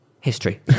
history